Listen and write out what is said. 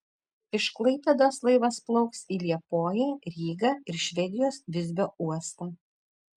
iš klaipėdos laivas plauks į liepoją rygą ir švedijos visbio uostą